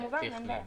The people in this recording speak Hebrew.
כמובן, אין בעיה.